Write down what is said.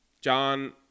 John –